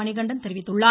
மணிகண்டன் தெரிவித்துள்ளார்